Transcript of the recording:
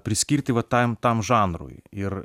priskirti va tam tam žanrui ir